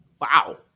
Wow